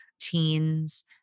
teens